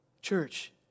Church